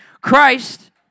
Christ